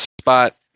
spot